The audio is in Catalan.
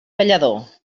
ballador